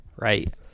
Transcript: right